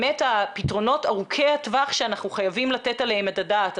והפתרונות ארוכי הטווח שאנחנו חייבים לתת עליהם את הדעת.